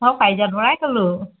মই পাৰিজাত বৰাই ক'লোঁ